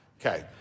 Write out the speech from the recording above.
Okay